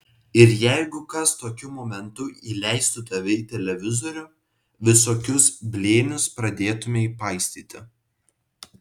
ir jeigu kas tokiu momentu įleistų tave į televizorių visokius blėnius pradėtumei paistyti